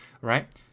right